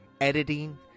editing